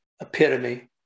epitome